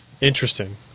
Interesting